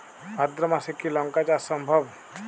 ভাদ্র মাসে কি লঙ্কা চাষ সম্ভব?